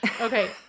Okay